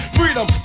freedom